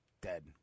dead